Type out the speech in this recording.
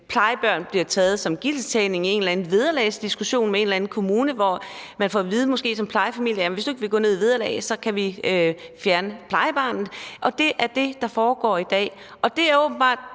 Plejebørn bliver taget som gidsler i en eller anden vederlagsdiskussion i en eller anden kommune, hvor man som plejefamilie måske får at vide, at hvis man ikke vil gå ned i vederlag, kan kommunen fjerne plejebarnet. Det er det, der foregår i dag. Det er åbenbart